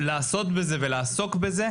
לעשות ולעסוק בזה,